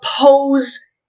oppose